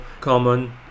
common